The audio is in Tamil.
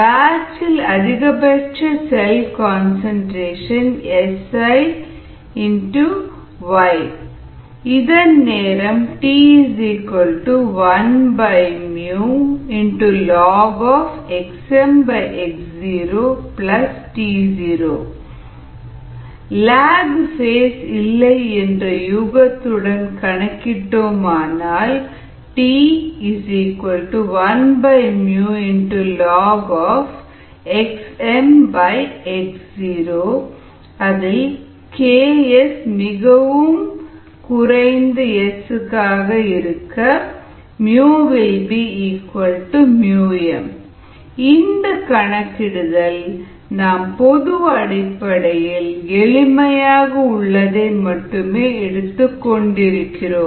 பேட்ச் இல் அதிகபட்ச செல் கன்சன்ட்ரேஷன் SiYxS இதன் நேரம் t1ln xmx0 t0 log phase இல்லை என்ற யூகத்துடன் கணக்கிட்டால் t1ln xmx0 𝐾𝑆 ≪ 𝑆 ஆக இருக்க µ 𝜇𝑚 இந்தக் கணக்கிடுதலில் நாம் பொது அடிப்படையில் எளிமையாக உள்ளதை மட்டுமே எடுத்துக் கொண்டிருக்கிறோம்